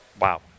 Wow